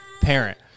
parent